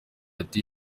ati